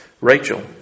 Rachel